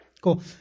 cool